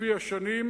לפי השנים,